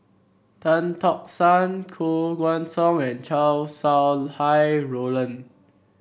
Tan Tock San Koh Guan Song and Chow Sau Hai Roland